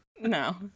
No